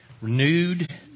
renewed